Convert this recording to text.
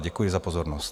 Děkuji za pozornost.